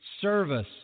service